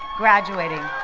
graduating.